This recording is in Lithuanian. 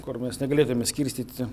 kur mes negalėtume skirstyti